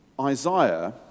Isaiah